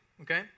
Okay